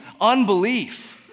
unbelief